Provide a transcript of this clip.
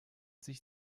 sich